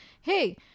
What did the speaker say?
Hey